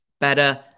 better